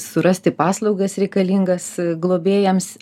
surasti paslaugas reikalingas globėjams